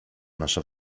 nasza